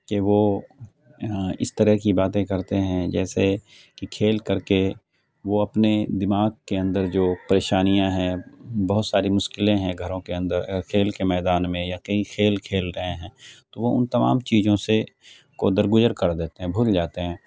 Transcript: کہ وہ اس طرح کی باتیں کرتے ہیں جیسے کہ کھیل کر کے وہ اپنے دماغ کے اندر جو پریشانیاں ہیں بہت ساری مشکلیں ہیں گھروں کے اندر اور کھیل کے میدان میں یا کہیں کھیل کھیل رہے ہیں تو وہ ان تمام چیزوں سے کو در گذر کر دیتے ہیں بھول جاتے ہیں